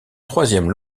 troisième